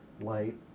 light